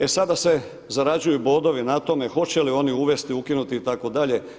E sada se zarađuju bodovi na tome hoće li oni uvesti, ukinuti itd.